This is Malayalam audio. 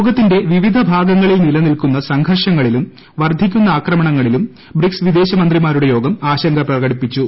ലോകത്തിന്റെ വിവിധ ഭാഗങ്ങളിൽ നിലനിൽക്കുന്ന സംഘർഷങ്ങളിലും വർധിക്കുന്ന ആക്രമണങ്ങളിലും ബ്രിക്സ് വിദേശമന്ത്രിമാരുടെ യോഗം ആശങ്ക പ്രകടിപ്പിച്ചു